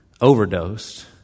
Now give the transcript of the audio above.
overdosed